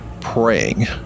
praying